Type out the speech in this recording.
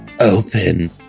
open